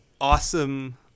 awesome